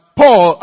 paul